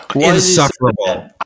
insufferable